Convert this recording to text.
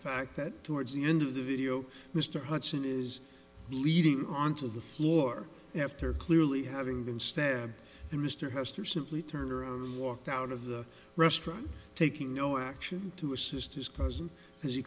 fact that towards the end of the video mr hudson is bleeding onto the floor after clearly having been stabbed and mr hastert simply turned around and walked out of the restaurant taking no action to assist his cousin as he